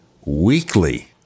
weekly